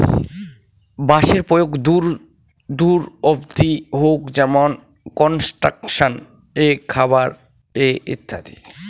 বাঁশের প্রয়োগ দূর দূর অব্দি হউক যেমন কনস্ট্রাকশন এ, খাবার এ ইত্যাদি